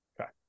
Okay